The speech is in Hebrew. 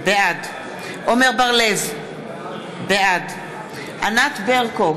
בעד עמר בר-לב, בעד ענת ברקו,